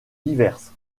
diverses